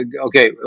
okay